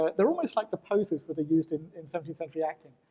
ah they're almost like the poses that are used in in seventeenth century acting.